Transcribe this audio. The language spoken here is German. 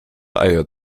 eier